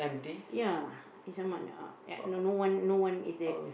ya is a no one no one is there